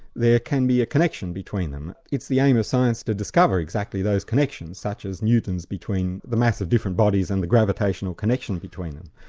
there can be a connection between them. it's the aim of science to discover exactly those connections, such as newton's between the mass of different bodies and the gravitational connection between them.